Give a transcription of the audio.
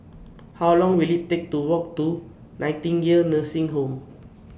How Long Will IT Take to Walk to Nightingale Nursing Home